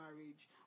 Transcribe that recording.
marriage